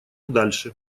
дальше